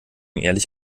ehrlich